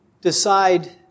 decide